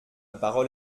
parole